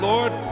Lord